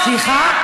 סליחה?